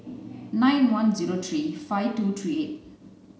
nine one zero three five two three eight